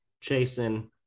chasing